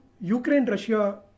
Ukraine-Russia